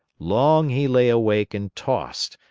long he lay awake and tossed,